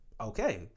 Okay